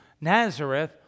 ...Nazareth